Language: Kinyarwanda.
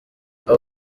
abo